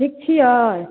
ठीक छियै